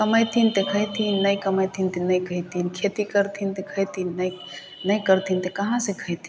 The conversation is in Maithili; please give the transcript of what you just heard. कमेथिन तऽ खैथिन नहि कमेथिन तऽ नहि खैथिन खेती करथिन तऽ खैथिन नहि खेती करथिन तऽ कहाँ से खेथिन